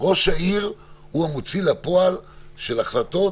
ראש העיר הוא המוציא לפועל של החלטות